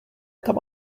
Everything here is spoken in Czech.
tam